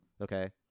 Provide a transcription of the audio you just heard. okay